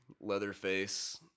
Leatherface